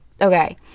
okay